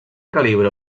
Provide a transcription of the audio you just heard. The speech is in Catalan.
calibre